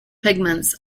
pigments